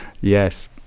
Yes